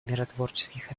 миротворческих